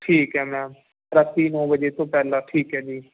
ਠੀਕ ਹੈ ਮੈਮ ਰਾਤ ਨੌਂ ਵਜੇ ਤੋਂ ਪਹਿਲਾਂ ਠੀਕ ਹੈ ਜੀ